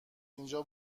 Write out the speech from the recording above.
اینجا